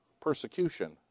persecution